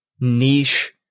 niche